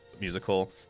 musical